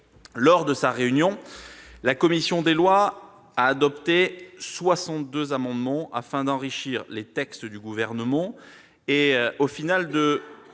Lors de sa réunion, la commission des lois a adopté 62 amendements, afin d'enrichir les textes du Gouvernement et, au final, de